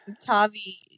Tavi